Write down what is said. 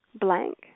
blank